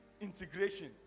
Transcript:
integration